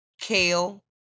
kale